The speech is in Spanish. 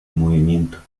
movimiento